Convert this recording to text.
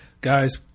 Guys